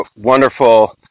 wonderful